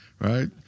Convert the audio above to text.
Right